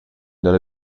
dalla